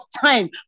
time